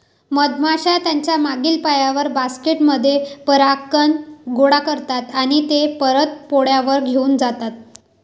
मधमाश्या त्यांच्या मागील पायांवर, बास्केट मध्ये परागकण गोळा करतात आणि ते परत पोळ्यावर घेऊन जातात